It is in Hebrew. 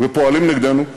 ופועלים נגדנו.